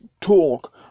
talk